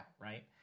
right